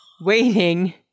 waiting